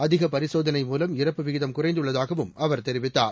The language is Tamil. அதிக பரிசோதனை மூலம் இறப்பு விகிதம் குறைந்துள்ளதாகவும் அவர் தெரிவித்தார்